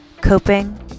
coping